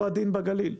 אותו הדין בגליל.